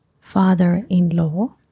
father-in-law